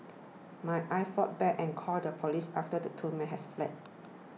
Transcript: my Aye fought back and called the police after the two men had fled